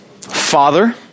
Father